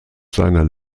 seiner